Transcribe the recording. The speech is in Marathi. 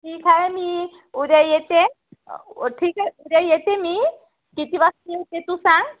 ठीक आहे मी उद्या येते ठीक आहे उद्या येते मी किती वाजता येऊ ते तू सांग